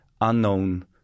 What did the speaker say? unknown